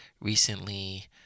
recently